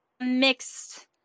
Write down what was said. mixed